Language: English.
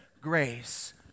grace